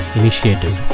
initiative